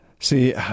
See